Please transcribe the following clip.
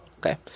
Okay